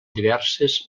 diverses